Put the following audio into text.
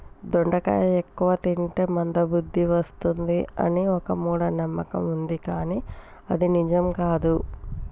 దొండకాయ ఎక్కువ తింటే మంద బుద్ది వస్తది అని ఒక మూఢ నమ్మకం వుంది కానీ అది నిజం కాదు